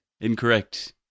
incorrect